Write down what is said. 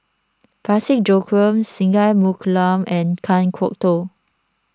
Parsick Joaquim Singai Mukilan and Kan Kwok Toh